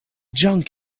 junk